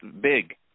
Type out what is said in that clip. big